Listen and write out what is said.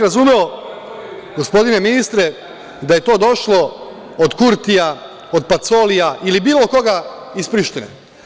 Razumeo bih gospodine ministre da je to došlo od Kurtija, od Pacolija ili bilo koga iz Prištine.